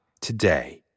today